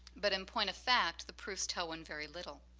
but, in point of fact, the proofs tell one very little.